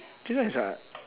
this one is what